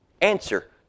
Answer